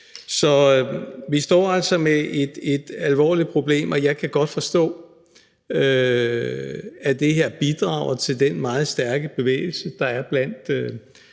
Så vi står altså med et alvorligt problem, og jeg kan godt forstå, at det her bidrager til den meget stærke fornemmelse, der er blandt